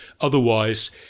Otherwise